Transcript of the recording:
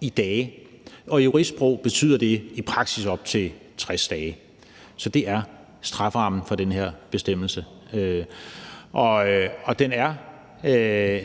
i dage.« I juristsprog betyder det i praksis op til 60 dage, så det er strafferammen for den her bestemmelse.